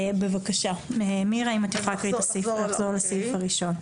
בבקשה נירה, אם את יכולה לחזור לסעיף הראשון.